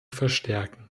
verstärken